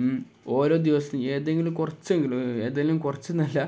ഉം ഓരോ ദിവസവും ഏതെങ്കിലും കുറച്ചെങ്കിലും ഏതെങ്കിലും കുറച്ചെന്നല്ല